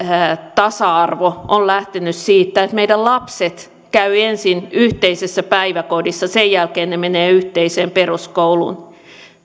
tasa arvo on lähtenyt siitä että meidän lapsemme käyvät ensin yhteisessä päiväkodissa sen jälkeen he menevät yhteiseen peruskouluun